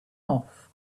off